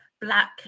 black